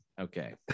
Okay